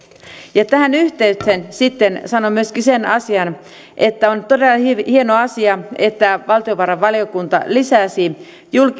tähän yhteyteen sitten sanon myöskin sen asian että on todella hieno hieno asia että valtiovarainvaliokunta lisäsi